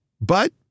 But-